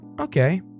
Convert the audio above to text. Okay